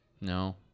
No